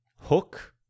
hook